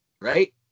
right